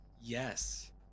Yes